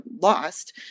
lost